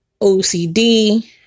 OCD